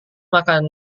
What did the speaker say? makan